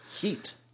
Heat